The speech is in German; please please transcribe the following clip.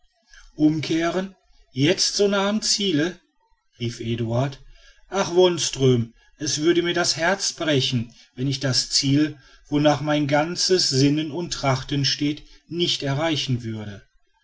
umkehren jetzt so nahe am ziele rief eduard ach wonström es würde mir das herz brechen wenn ich das ziel wonach mein ganzes sinnen und trachten steht nicht erreichen würde